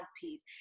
piece